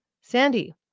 Sandy